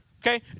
Okay